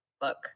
book